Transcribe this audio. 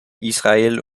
israel